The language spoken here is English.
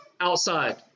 outside